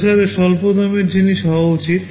প্রসেসরের স্বল্প দামের জিনিস হওয়া উচিত